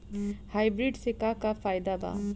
Hybrid से का का फायदा बा?